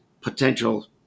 potential